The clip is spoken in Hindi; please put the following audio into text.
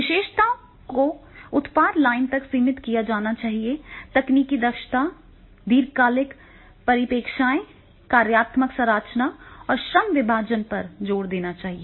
विशेषताओं को उत्पाद लाइन तक सीमित किया जाना चाहिए तकनीकी दक्षता दीर्घकालिक परिप्रेक्ष्य कार्यात्मक संरचना और श्रम विभाजन पर जोर देना चाहिए